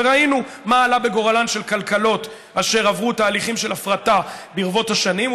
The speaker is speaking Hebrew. וראינו מה עלה בגורלן של כלכלות אשר עברו תהליכים של הפרטה ברבות השנים,